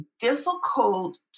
difficult